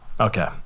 Okay